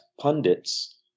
pundits